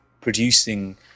producing